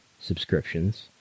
subscriptions